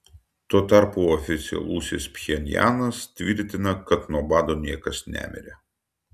tuo tarpu oficialusis pchenjanas tvirtina kad nuo bado niekas nemirė